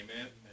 Amen